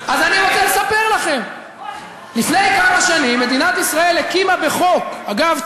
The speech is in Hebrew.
אז אני רוצה לספר לכם: לפני כמה שנים מדינת ישראל הקימה בחוק אגב,